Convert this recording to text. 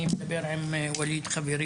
אני מדבר עם ואליד חברי,